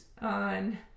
on